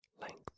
Length